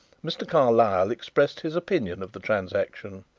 mr. carlyle expressed his opinion of the transaction.